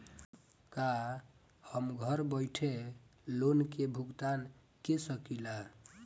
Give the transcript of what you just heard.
का हम घर बईठे लोन के भुगतान के शकेला?